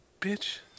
Bitch